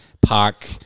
Park